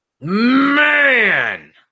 man